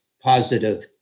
positive